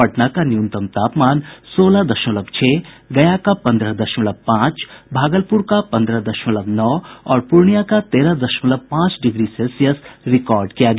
पटना का न्यूनतम तापमान सोलह दशमलव छह गया का पन्द्रह दशमलव पांच भागलपुर का पन्द्रह दशमलव नौ और पूर्णिया का तेरह दशमलव पांच डिग्री सेल्सियस रिकॉर्ड किया गया